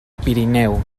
pirineu